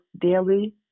daily